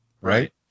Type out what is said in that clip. right